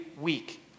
week